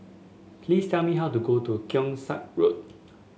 please tell me how to go to Keong Saik Road